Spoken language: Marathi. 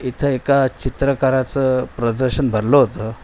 इथं एका चित्रकाराचं प्रदर्शन भरलं होतं